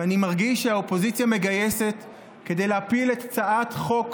ואני מרגיש שהאופוזיציה מגייסת כדי להפיל הצעת חוק